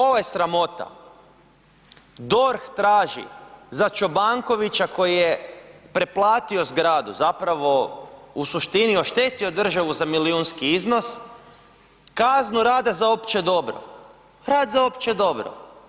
Pazite, ovo je sramota, DORH traži za Čobankovića koji je pretplatio zgradu zapravo u suštini oštetio državu za milijunski iznos kaznu rada za opće dobro, rad za opće dobro.